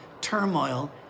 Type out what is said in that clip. turmoil